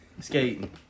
skating